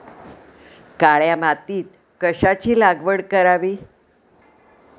काळ्या मातीत कशाची लागवड करावी?